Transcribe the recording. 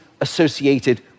associated